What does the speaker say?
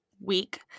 week